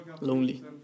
lonely